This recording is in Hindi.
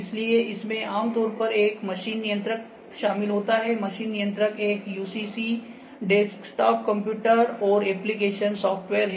इसलिए इसमें आमतौर पर एक मशीन नियंत्रक शामिल होता है मशीन नियंत्रक एक UCC डेस्कटॉप कंप्यूटर और एप्लिकेशन सॉफ़्टवेयर है